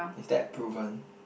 is that proven